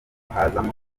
hazamo